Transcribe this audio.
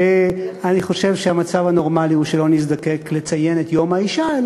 אני חושב שהמצב הנורמלי הוא שלא נזדקק לציין את יום האישה,